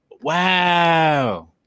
wow